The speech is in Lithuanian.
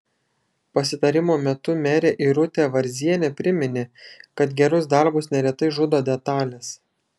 pasitarimo metu merė irutė varzienė priminė kad gerus darbus neretai žudo detalės